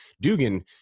Dugan